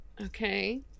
Okay